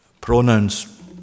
Pronouns